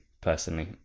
personally